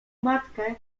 matkę